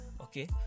Okay